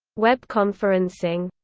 web conferencing